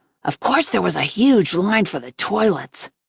of course, there was a huge line for the toilets.